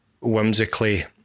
whimsically